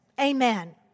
Amen